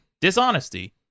Dishonesty